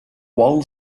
wall